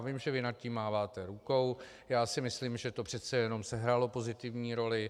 Vím, že vy nad tím máváte rukou, já si myslím, že to přece jenom sehrálo pozitivní roli.